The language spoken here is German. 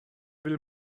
will